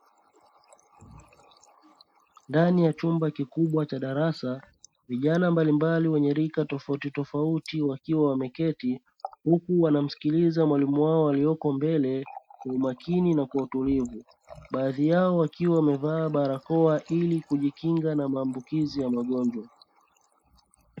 Ndani ya chumba kilubwa cha darasa, vijana mbalimbali wa rika tofauti tofauti wakiwa wameketi huku wanamsikiliza mwalimu wao aliye mbele, baadhi yao wakiwa wamevaa barakoa ili kujikinga na maambukizi ya magonjwa.